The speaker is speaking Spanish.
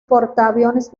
portaaviones